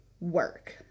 work